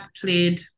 played